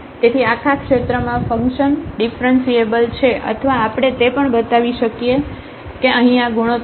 તેથી આખા ક્ષેત્રમાં ફંક્શન ડિફરન્સીએબલ છે અથવા આપણે તે પણ બતાવી શકીએ છીએ કે અહીં આ ગુણોત્તર છે